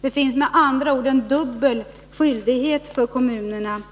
Det finns med andra ord en dubbel skyldighet för kommunerna